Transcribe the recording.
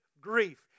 grief